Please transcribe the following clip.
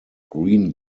green